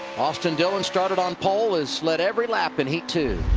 austin dillon started on pole has led every lap in heat two.